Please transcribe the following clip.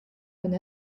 bonne